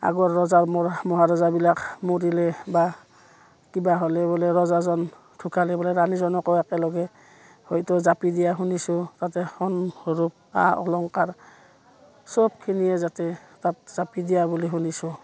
আগৰ ৰজা মহাৰজাবিলাক মৰিলে বা কিবা হ'লে বোলে ৰজাজন ঢুকালে বোলে ৰাণীজনীকো একেলগে হয়তো জাপি দিয়া শুনিছোঁ তাতে সোণ ৰূপ আ অলংকাৰ চবখিনিয়ে যাতে তাত জাপি দিয়া বুলি শুনিছোঁ